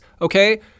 okay